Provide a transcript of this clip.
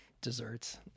desserts